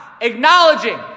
acknowledging